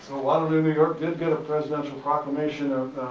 so waterloo, new york did get a presidential proclamation of,